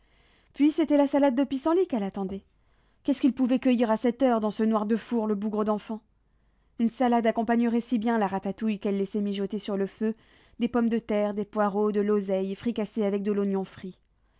puis c'était la salade de pissenlits qu'elle attendait qu'est-ce qu'il pouvait cueillir à cette heure dans ce noir de four le bougre d'enfant une salade accompagnerait si bien la ratatouille qu'elle laissait mijoter sur le feu des pommes de terre des poireaux de l'oseille fricassés avec de l'oignon frit